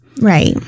Right